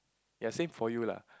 ya same for you lah